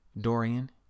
Dorian